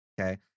Okay